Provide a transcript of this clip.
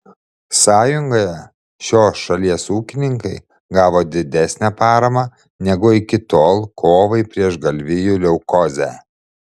sąjungoje šios šalies ūkininkai gavo didesnę paramą negu iki tol kovai prieš galvijų leukozę